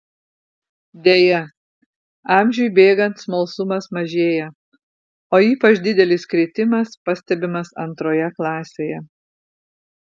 deja amžiui bėgant smalsumas mažėja o ypač didelis kritimas pastebimas antroje klasėje